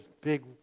big